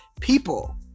people